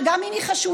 שגם אם היא חשובה,